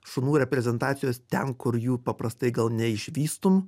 šunų reprezentacijos ten kur jų paprastai gal neišvystum